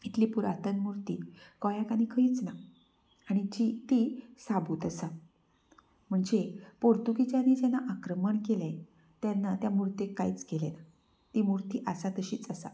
इतली पुरातन मुर्ती गोंयाक आनी खंयच ना आनी जी ती साबूत आसा म्हणजे पोर्तुगेज्यानी जेन्ना आक्रमण केलें तेन्ना त्या मुर्तेक कांयच केलें ना ती मुर्ती आसा तशीच आसा